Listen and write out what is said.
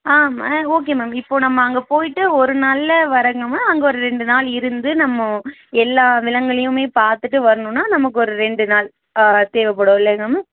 ஆ ஆ okay ma'am இப்போ நம்ம அங்கே போய்விட்டு ஒரு நாளில் வரங்கம அங்கே ஒரு ரெண்டு நாள் இருந்து நம்ம எல்லா விலங்கையுமே பார்த்துட்டு வருணும்னா நமக்கு ஒரு ரெண்டு நாள் ஆ தேவைப்படும் இல்லைங்க மேம்